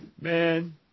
Man